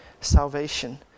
salvation